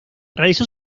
realizó